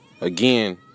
again